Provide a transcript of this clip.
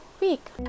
week